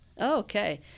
Okay